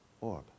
orb